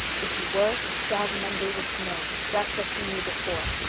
if he were, dog monday would have known, just as he knew before,